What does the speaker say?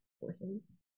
forces